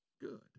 good